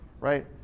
right